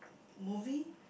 movie